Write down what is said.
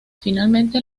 finalmente